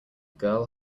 girl